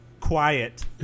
quiet